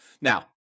Now